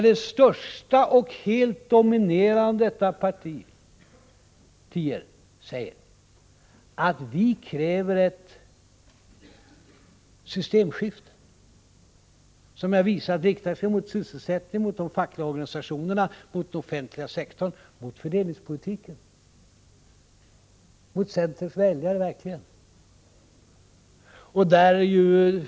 Det största — och helt dominerande — av dessa partier säger: Vi kräver ett systemskifte. Och jag har visat att det riktar sig mot sysselsättningen, mot de fackliga organisationerna, mot den offentliga sektorn och mot fördelningspolitiken —- mot centerns väljare.